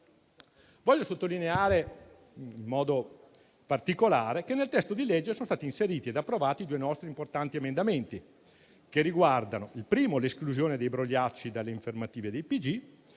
Voglio sottolineare in modo particolare che nel testo di legge sono stati inseriti e approvati due nostri importanti emendamenti. Il primo riguarda l'esclusione dei brogliacci dalle informative dei